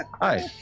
hi